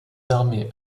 armées